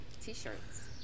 t-shirts